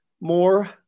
more